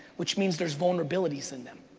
which means there's vulnerabilities in them.